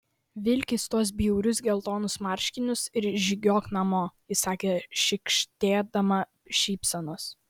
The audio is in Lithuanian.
vilkis tuos bjaurius geltonus marškinius ir žygiuok namo įsakė šykštėdama šypsenos